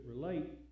relate